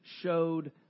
showed